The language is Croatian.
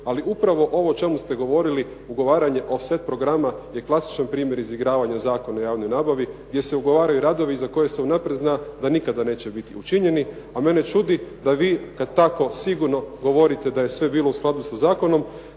Ali upravo ovo o čemu ste govorili ugovaranje ofset programa je klasičan primjer izigravanja Zakona o javnoj nabavi gdje se ugovaraju radovi za koje se unaprijed zna da nikada neće biti učinjeni, a mene čudi da vi kad tako sigurno govorite da je sve bilo u skladu sa zakonom,